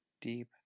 deep